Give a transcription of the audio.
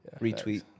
retweet